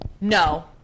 No